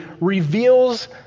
reveals